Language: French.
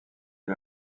est